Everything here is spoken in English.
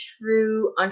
true